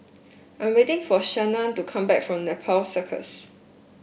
I'm waiting for Shawnna to come back from Nepal Circus